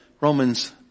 Romans